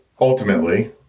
ultimately